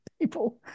people